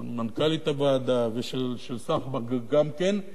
של מנכ"לית הוועדה, ושל סחבק גם כן.